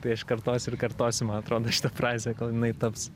tai aš kartosiu ir kartosiu man atrodo šitą frazę kol jinai taps